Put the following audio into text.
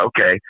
Okay